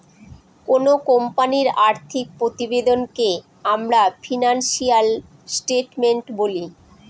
কোনো কোম্পানির আর্থিক প্রতিবেদনকে আমরা ফিনান্সিয়াল স্টেটমেন্ট বলি